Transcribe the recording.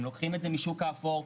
הם לוקחים את זה בשוק האפור,